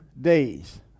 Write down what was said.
days